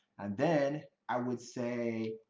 and then, i would say,